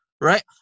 right